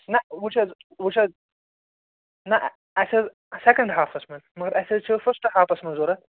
نہٕ وُچھ حظ وُچھ حظ نہٕ اَسہِ حظ سیٚکَنڈ ہافَس منٛز مگر اَسہِ حظ چھِ فٕسٹہٕ ہافَس منٛز ضروٗرت